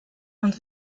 und